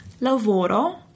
Lavoro